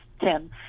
Tim